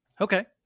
Okay